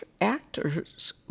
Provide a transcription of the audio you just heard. actors